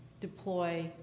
deploy